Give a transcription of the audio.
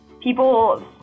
People